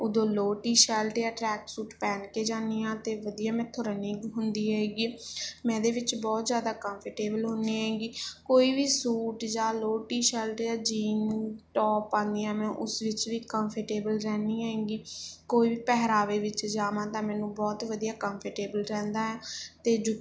ਉਦੋਂ lower T shirt ਜਾਂ track suit ਪਹਿਣ ਕੇ ਜਾਂਦੀ ਹਾਂ ਅਤੇ ਵਧੀਆ ਮੈਥੋਂ ਰਨਿੰਗ ਹੁੰਦੀ ਹੈਗੀ ਹੈ ਮੈਂ ਇਹਦੇ ਵਿੱਚ ਬਹੁਤ ਜ਼ਿਆਦਾ ਕੰਫਰਟੇਬਲ ਹੁੰਦੀ ਹੈਗੀ ਕੋਈ ਵੀ ਸੂਟ ਜਾਂ ਲੋਅਰ ਟੀ ਸ਼ਰਟ ਜਾਂ ਜੀਨ ਟੋਪ ਪਾਉਂਦੀ ਹਾਂ ਮੈਂ ਉਸ ਵਿੱਚ ਵੀ ਕੰਫਰਟੇਬਲ ਰਹਿੰਦੀ ਹੈਗੀ ਕੋਈ ਵੀ ਪਹਿਰਾਵੇ ਵਿੱਚ ਜਾਵਾਂ ਤਾਂ ਮੈਨੂੰ ਬਹੁਤ ਵਧੀਆ ਕੰਫਰਟੇਬਲ ਰਹਿੰਦਾ ਹੈ ਅਤੇ ਜੁੱਤੇ